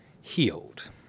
healed